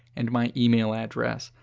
and my email address.